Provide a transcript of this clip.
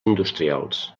industrials